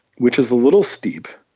which is a little steep.